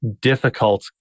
difficult